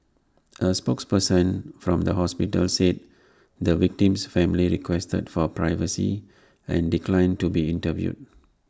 A spokesperson from the hospital said the victim's family requested for privacy and declined to be interviewed